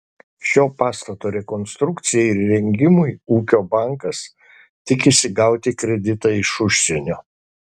šio pastato rekonstrukcijai ir įrengimui ūkio bankas tikisi gauti kreditą iš užsienio